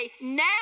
now